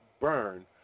burn